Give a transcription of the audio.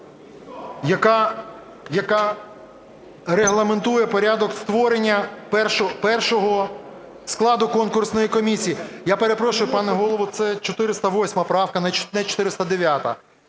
яка регламентує порядок створення першого складу конкурсної комісії. Я перепрошую, пане Голово, це 408 правка, не 409-а.